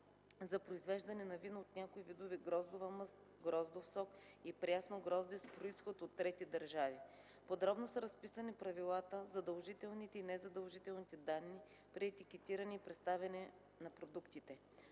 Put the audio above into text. за произвеждане на вино от някои видове гроздова мъст, гроздов сок и прясно грозде с произход от трети държави. Подробно са разписани правилата, задължителните и незадължителните данни при етикетиране и представяне на продуктите.